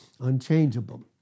Unchangeable